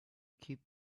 keep